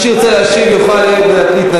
הוא שאל אותי, מי שירצה להשיב יוכל להתנגד.